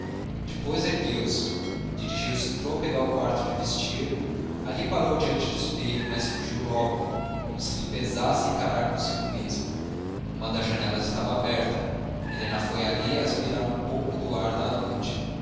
depois ergueu-se dirigiu-se trôpega ao quarto de vestir ali parou diante do espelho mas fugiu logo como se lhe pesasse encarar consigo mesma uma das janelas estava aberta helena foi ali aspirar um pouco do ar da noite